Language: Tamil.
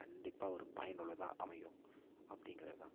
கண்டிப்பாக ஒரு பயனுள்ளதாக அமையும் அப்படிங்கறது தான்